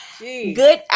Good